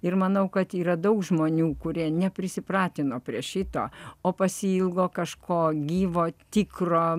ir manau kad yra daug žmonių kurie neprisipratino prie šito o pasiilgo kažko gyvo tikro